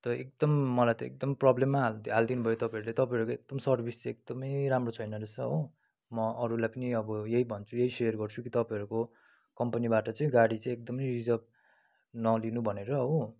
एकदम मलाई त एकदम प्रब्लममा हालिदिनु हालिदिनु भयो तपाईँहरूले तपाईँहरूको एकदम सर्भिस चाहिँ एकदमै राम्रो छैन रहेछ हो म अरूलाई पनि अब यही भन्छु यही सेयर गर्छु कि तपाईँहरूको कम्पनीबाट चाहिँ गाडी चाहिँ एकदम रिजर्भ नलिनु भनेर हो